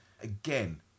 Again